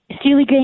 Steely